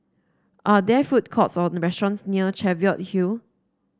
are there food courts or restaurants near Cheviot Hill